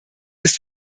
ist